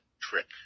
trick